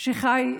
שחיות בעוני,